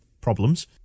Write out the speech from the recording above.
problems